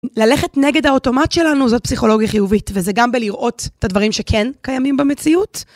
ללכת נגד האוטומט שלנו זאת פסיכולוגיה חיובית וזה גם בלראות את הדברים שכן קיימים במציאות.